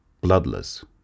bloodless